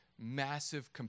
massive